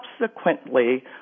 subsequently